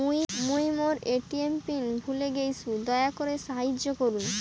মুই মোর ATM pin ভুলে গেইসু, দয়া করি সাহাইয্য করুন